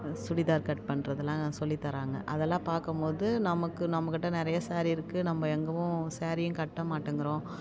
churidar cut பண்ணுறதெல்லாம் சொல்லி தராங்க அதெல்லாம் பார்க்கும் போது நமக்கு நம்மக்கிட்டே நிறைய ஸேரீ இருக்குது நம்ம எங்கேவும் ஸேரீயும் கட்ட மாட்டேங்கிறோம்